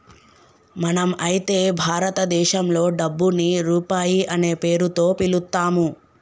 మనం అయితే భారతదేశంలో డబ్బుని రూపాయి అనే పేరుతో పిలుత్తాము